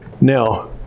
Now